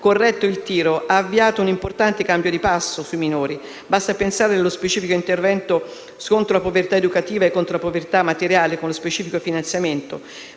corretto il tiro e ha avviato un importante cambio di passo sui minori. Basti pensare allo specifico intervento contro la povertà educativa e materiale, con specifico finanziamento,